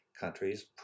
countries